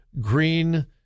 green